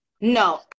No